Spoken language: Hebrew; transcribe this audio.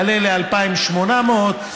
יעלה ל-2,800,